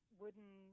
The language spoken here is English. wooden